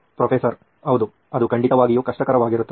professor ಹೌದು ಅದು ಖಂಡಿತವಾಗಿಯೂ ಕಷ್ಟಕರವಾಗಿರುತ್ತದೆ